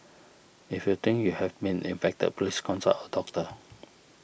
if you think you have been infected please consult a doctor